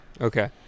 Okay